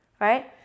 right